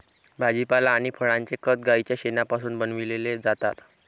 भाजीपाला आणि फळांचे खत गाईच्या शेणापासून बनविलेले जातात